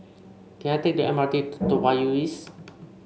can I take the M R T to Toa Payoh East